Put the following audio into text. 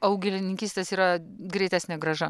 augalininkystės yra greitesnė grąža